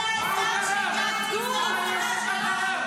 מה זה עזר שגנץ הצטרף לממשלה?